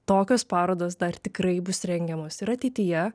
tokios parodos dar tikrai bus rengiamos ir ateityje